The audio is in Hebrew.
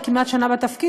היא כמעט שנה בתפקיד,